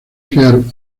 crear